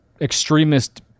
extremist